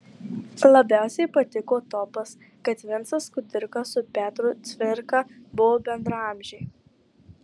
labiausiai patiko topas kad vincas kudirka su petru cvirka buvo bendraamžiai